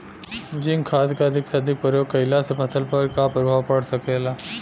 Zinc खाद क अधिक से अधिक प्रयोग कइला से फसल पर का प्रभाव पड़ सकेला?